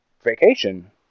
vacation